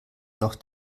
noch